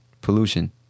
pollution